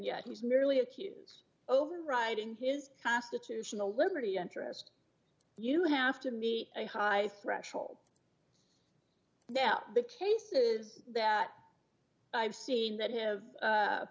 yet he's merely accused overriding his constitutional liberty interest you have to meet a high threshold now the cases that i've seen that have